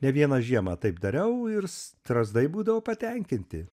ne vieną žiemą taip dariau ir strazdai būdavo patenkinti